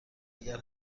اگر